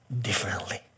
differently